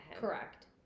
Correct